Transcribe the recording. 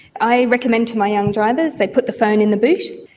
i recommend to my young drivers they put the phone in the boot.